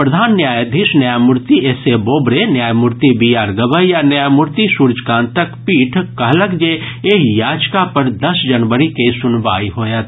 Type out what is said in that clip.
प्रधान न्यायाधीश न्यायमूर्ति एस ए बोबड़े न्यायमूर्ति बी आर गवई आ न्यायमूर्ति सूर्यकान्तक पीठ कहलक जे एहि याचिका पर दस जनवरी के सुनवाई होयत